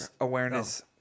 awareness